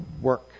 work